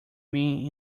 mean